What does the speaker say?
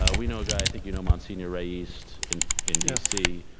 ah we know a guy. i think you know monsignor ray east in in d c,